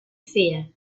fear